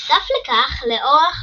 נוסף לכך, לאורך